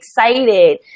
excited